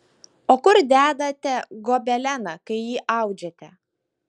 o kur dedate gobeleną kai jį audžiate